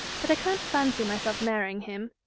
but i can't fancy myself marrying him,